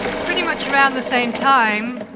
pretty much around the same time,